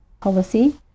policy